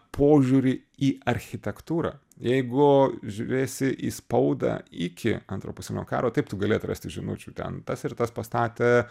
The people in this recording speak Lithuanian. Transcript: požiūrį į architektūrą jeigu žiūrėsi į spaudą iki antro pasaulinio karo taip tu gali atrasti žinučių ten tas ir tas pastatė